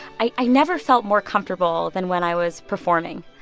i i never felt more comfortable than when i was performing.